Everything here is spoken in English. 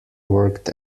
worked